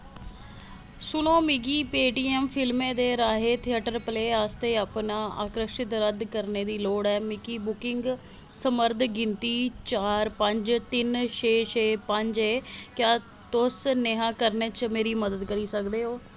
सुनो मिगी पेटीऐम्म फिल्में दे राहें थेटर प्ले आस्तै अपना आरक्षित रद्द करने दी लोड़ ऐ मेरी बुकिंग संदर्भ गिनतरी चार पंज तिन छे छे पंज ऐ क्या तुस नेहा करने च मेरी मदद करी सकदे ओ